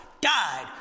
died